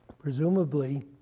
presumably,